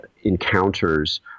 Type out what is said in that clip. encounters